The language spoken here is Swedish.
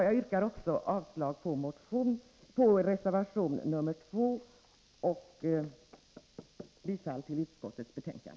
Jag yrkar avslag på reservation nr 2 och bifall till utskottets hemställan.